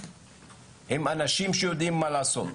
הם אנשים שיודעים מה לעשות,